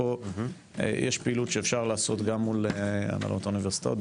פה יש פעילות שאפשר לעשות גם מול הנהלות האוניברסיטאות,